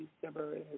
December